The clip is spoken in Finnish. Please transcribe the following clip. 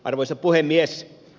arvoisa puhemies